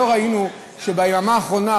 שלא ראינו ביממה האחרונה,